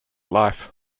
life